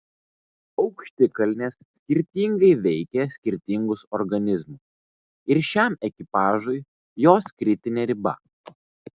aukštikalnės skirtingai veikia skirtingus organizmus ir šiam ekipažui jos kritinė riba